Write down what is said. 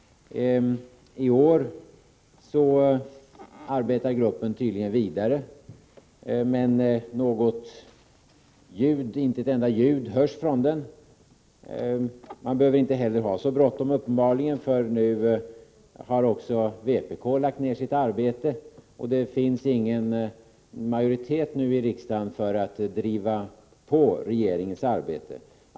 I år arbetar gruppen tydligen vidare, men det hörs inte ett enda ljud från den. Den behöver tydligen inte ha så bråttom, när vpk nu har lagt ner sitt arbete och det därför inte finns någon majoritet i riksdagen för att driva på regeringens arbete.